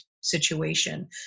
situation